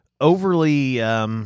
overly